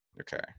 Okay